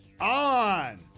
on